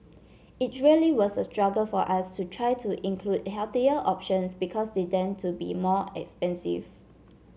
it really was a struggle for us to try to include healthier options because they tend to be more expensive